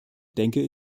denke